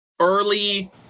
Early